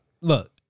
Look